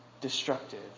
destructive